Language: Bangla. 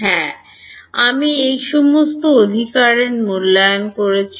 হ্যাঁ আমি এই সমস্ত অধিকারের মূল্যায়ন করেছি